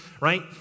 right